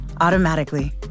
automatically